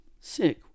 Sick